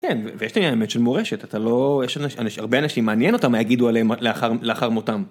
יש לי האמת של מורשת אתה לא יש לך הרבה אנשים מעניין אותם יגידו עליהם לאחר מותם.